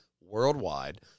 worldwide